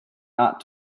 not